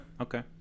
Okay